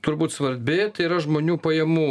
turbūt svarbi tai yra žmonių pajamų didinimas